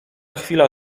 chwila